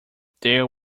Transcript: there